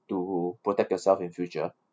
to protect yourself in future